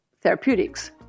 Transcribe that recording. therapeutics